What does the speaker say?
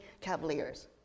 Cavaliers